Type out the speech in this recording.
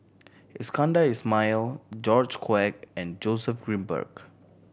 Iskandar Ismail George Quek and Joseph Grimberg